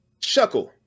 Shuckle